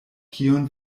kion